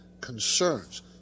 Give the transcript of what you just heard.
concerns